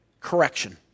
correction